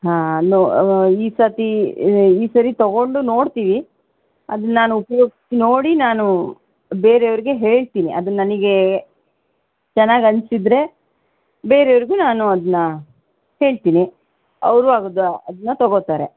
ಹಾಂ ಈ ಸರ್ತಿ ಈ ಸರಿ ತೊಗೊಂಡು ನೋಡ್ತೀವಿ ಅದು ನಾನು ಉಪ್ಯೋಗ್ಸಿ ನೋಡಿ ನಾನು ಬೇರೆಯವ್ರಿಗೆ ಹೇಳ್ತೀನಿ ಅದು ನನಗೆ ಚೆನ್ನಾಗಿ ಅನ್ನಿಸಿದ್ರೆ ಬೇರೆಯವ್ರಿಗೂ ನಾನು ಅದನ್ನ ಹೇಳ್ತೀನಿ ಅವರೂ ಆಗ ಅದನ್ನ ತೊಗೋತಾರೆ